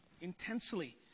intensely